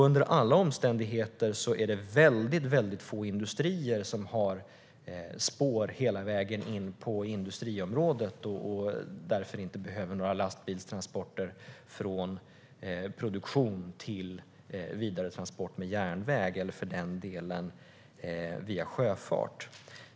Under alla omständigheter är det väldigt få industrier som har spår hela vägen in till industriområdet och därför inte behöver några lastbilstransporter från produktion till vidaretransport med järnväg eller, för den delen, via sjöfart.